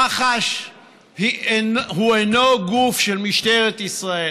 מח"ש אינו גוף של משטרת ישראל,